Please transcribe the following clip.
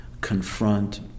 confront